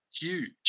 huge